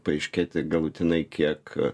paaiškėti galutinai kiek a